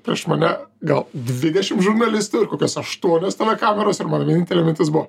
prieš mane gal dvidešim žurnalistų ir kokios aštuonios tada kameros ir mano vienintelė mintis buvo